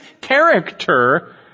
character